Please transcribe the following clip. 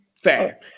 Fair